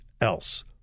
else